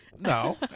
no